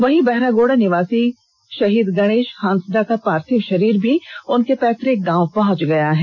वहीं बहरागोड़ा निवासी शहीद गणेष हांसदा का पार्थिव शरीर भी उनके पैतुक गांव पहुंच गया है